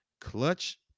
Clutch